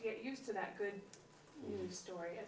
get used to that good story